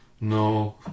No